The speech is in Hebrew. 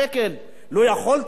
לא יכולתם לפתור,